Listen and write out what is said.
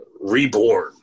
Reborn